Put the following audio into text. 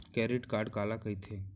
Credit card काला कहिथे?